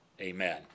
Amen